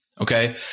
Okay